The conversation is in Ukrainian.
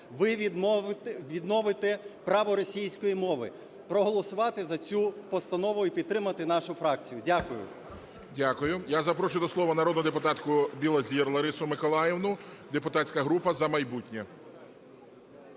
ви відновите право російської мови, проголосувати за цю постанову і підтримати нашу фракцію. Дякую. ГОЛОВУЮЧИЙ. Дякую. Я запрошую до слова народну депутатку Білозір Ларису Миколаївну. депутатська група "За майбутнє".